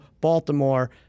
Baltimore